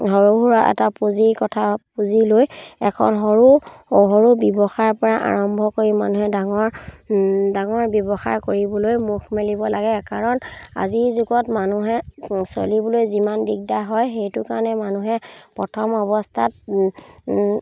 সৰু সুৰা এটা পুঁজিৰ কথা পুঁজি লৈ এখন সৰু সৰু ব্যৱসায়ৰ পৰা আৰম্ভ কৰি মানুহে ডাঙৰ ডাঙৰ ব্যৱসায় কৰিবলৈ মুখ মেলিব লাগে কাৰণ আজিৰ যুগত মানুহে চলিবলৈ যিমান দিগদাৰ হয় সেইটো কাৰণে মানুহে প্ৰথম অৱস্থাত